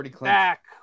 back